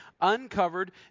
uncovered